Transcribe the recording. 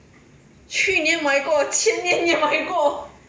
去年买过前年也买过